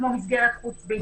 כמו מסגרת חוץ-ביתית.